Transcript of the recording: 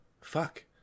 Fuck